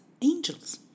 angels